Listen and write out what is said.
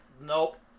Nope